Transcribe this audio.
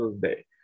day